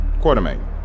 Quartermain